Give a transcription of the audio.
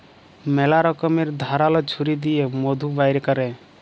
ম্যালা রকমের ধারাল ছুরি দিঁয়ে মধু বাইর ক্যরে